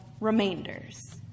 remainders